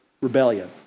rebellion